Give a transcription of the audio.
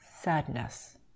sadness